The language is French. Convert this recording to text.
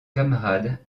camarade